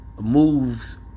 moves